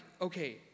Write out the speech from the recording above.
okay